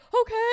okay